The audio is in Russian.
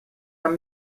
нам